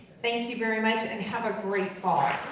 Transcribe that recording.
thank you very much and have a great fall.